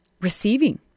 receiving